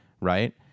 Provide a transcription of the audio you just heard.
right